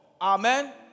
Amen